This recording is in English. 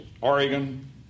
Oregon